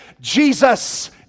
Jesus